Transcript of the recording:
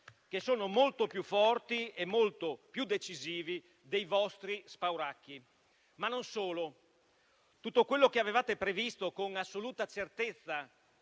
che sono molto più forti e molto più decisivi dei vostri spauracchi, ma non solo. Tutto quello che avevate previsto con assoluta certezza,